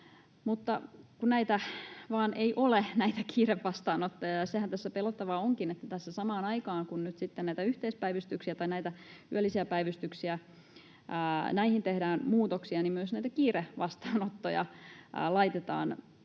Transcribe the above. Mutta kun näitä kiirevastaanottoja vain ei ole, ja sehän tässä pelottavaa onkin, että tässä samaan aikaan, kun nyt sitten näihin yhteispäivystyksiin tai näihin yöllisiin päivystyksiin tehdään muutoksia, myös näitä kiirevastaanottoja laitetaan kiinni.